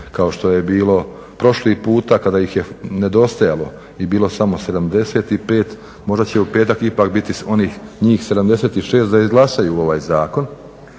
kao što je bilo prošli puta kada ih je nedostajalo i bilo samo 75. Možda će u petak ipak biti onih, njih 76 da izglasaju ovaj zakon